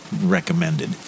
recommended